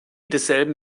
desselben